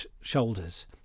shoulders